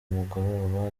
mugoroba